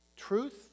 Truth